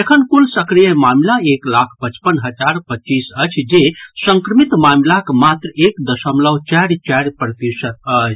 एखन कुल सक्रिय मामिला एक लाख पचपन हजार पच्चीस अछि जे संक्रमित मामिलाक मात्र एक दशमलव चारि चारि प्रतिशत अछि